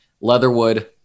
Leatherwood